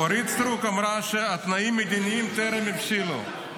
אורית סטרוק אמרה שהתנאים המדיניים טרם הבשילו.